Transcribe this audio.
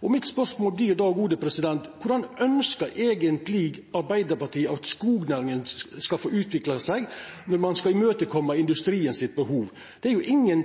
industrien. Mitt spørsmål blir då: Korleis ønskjer eigentleg Arbeidarpartiet at skognæringa skal få utvikla seg, når ein skal imøtekoma behovet til industrien? Det er ingen